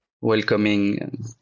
welcoming